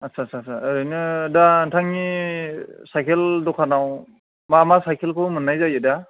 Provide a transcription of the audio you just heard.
आदसा आदसा ओरैनो दा नोंथांनि सायखेल दखानाव मा मा सायखेलखौ मोननाय जायो दा